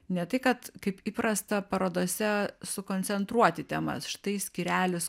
ne tai kad kaip įprasta parodose sukoncentruoti temas štai skyrelis